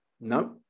no